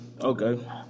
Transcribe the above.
Okay